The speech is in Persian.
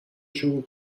شروع